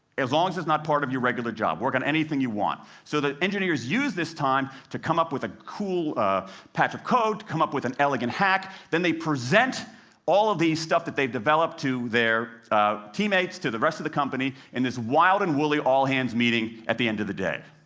as long as it's not part of your regular job. work on anything you want. so engineers use this time to come up with a cool patch for code, come up with an elegant hack. then they present all of the stuff that they've developed to their teammates, to the rest of the company, in this wild and woolly all-hands meeting at the end of the day.